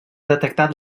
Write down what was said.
detectat